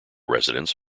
residents